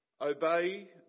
obey